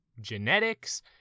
genetics